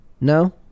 No